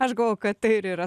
aš galvojau kad tai ir yra